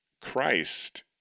Christ